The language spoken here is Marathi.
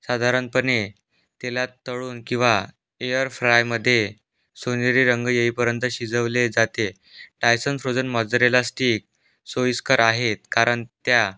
साधारणपणे तेलात तळून किंवा एअरफ्रायमध्ये सोनेरी रंग येईपर्यंत शिजवले जाते टायसन फ्रोझन मॉजरेला स्टीक सोयीस्कर आहेत कारण त्या